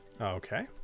Okay